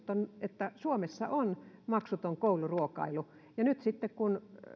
että suomessa on maksuton kouluruokailu nyt sitten kun